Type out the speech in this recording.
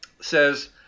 says